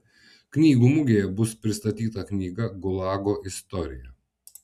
knygų mugėje bus pristatyta knyga gulago istorija